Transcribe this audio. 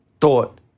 thought